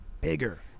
bigger